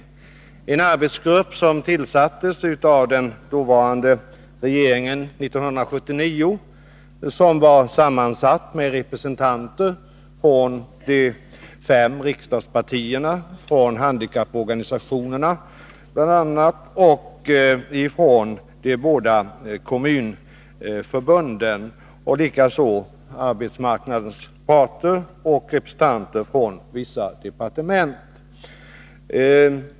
Denna arbetsgrupp tillsattes av den dåvarande regeringen 1979 och var sammansatt av representanter från de fem riksdagspartierna, handikapporganisationerna och de båda kommunförbunden, och likaså av arbetsmarknadens parter och representanter från vissa departement.